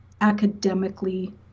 academically